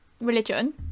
religion